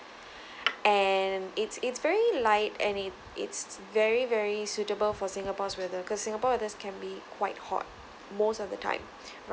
and it's it's very light any it it's very very suitable for singapore's weather because singapore weather can be quite hot most of the time